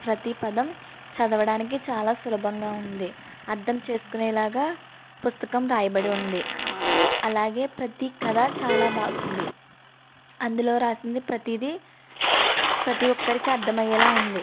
ప్రతీ పదం చదవడానికి చాలా సులభంగా ఉంది అర్థం చేసుకునే లాగా పుస్తకం వ్రాయబడి ఉంది అలాగే ప్రతీ కదా చాలా బాగుంది అందులో వ్రాసింది ప్రతీదీ ప్రతీ ఒక్కరికి అర్థం అయ్యేలా ఉంది